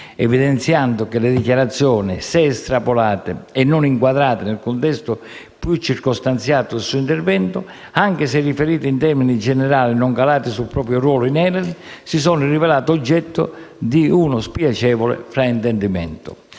evidenziando che le dichiarazioni, se estrapolate e non inquadrate nel contesto più circostanziato del suo intervento, anche se riferite in termini generali e non calate sul proprio ruolo nell'ENEL, si sono rivelate oggetto di uno spiacevole fraintendimento.